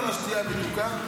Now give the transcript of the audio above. מעבר לשתייה המתוקה,